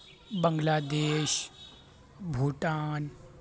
بنگلہ دیش بھوٹان